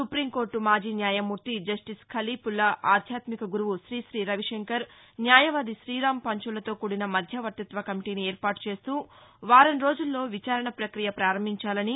supreme court మాజీ న్యాయమూర్తి justice Khalifulla ఆథ్యాత్మిక గురువు శ్రీశీ రవిశంకర్ న్యాయవాది శ్రీరామ్ పంచాలతో కూడిన మధ్యపర్తిత్వ కమిటీని ఏర్పాటు చేస్తూ వారం రోజుల్లో విచారణ పుక్రియ ప్రారంభించాలని